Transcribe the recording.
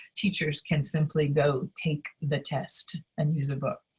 teachers can simply go take the test and use a book